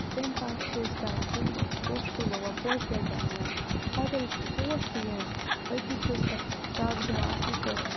تَمہِ پَتہٕ چھِ أسۍ کَران کٲم أسۍ چھِ پوشہٕ کُلۍ وَوان پوشہٕ بیڈ بَناوان پَتہٕ ییٚلہِ پوش تہِ یِن أتی چھِ أسۍ پَتہٕ تَتھ سَگ دِوان اَصٕل پٲٹھۍ